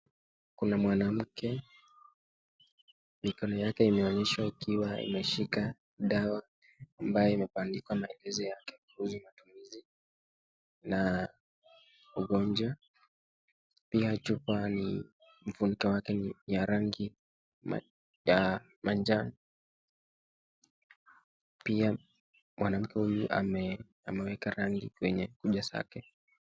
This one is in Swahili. Kuna mwanamke, mikono yake inaonyeshwa ikiwa imeshika dawa ambayo imebandikwa matumizi yake na ugonjwa. Pia chupa ufuniko wake ni wa rangi ya manjano. Pia mwanamke huyu ameweka rangi kwenye kucha zake.